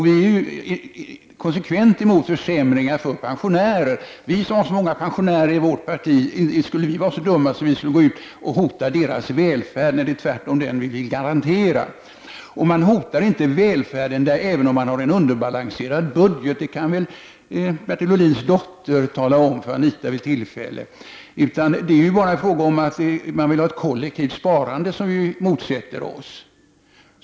Vi är konsekvent mot försämringar för pensionärer. 9” Vi som har så många pensionärer i vårt parti, skulle vi vara så dumma att vi skulle hota deras välfärd när vi tvärtom vill garantera den? Man hotar inte välfärden även om man har en underbalanserad budget. Det kan väl Bertil Ohlins dotter tala om för Anita Johansson vid tillfälle. Det är kollektivt sparande som vi motsätter oss.